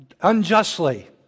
unjustly